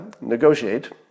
negotiate